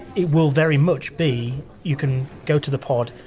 it will very much be you can go to the pod,